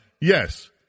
Yes